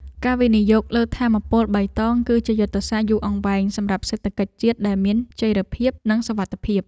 ការវិនិយោគលើថាមពលបៃតង គឺជាយុទ្ធសាស្ត្រយូរអង្វែងសម្រាប់សេដ្ឋកិច្ចជាតិដែលមានចីរភាពនិងសុវត្ថិភាព។